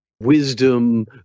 wisdom